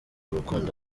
rukundo